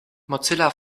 mozilla